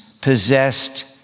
possessed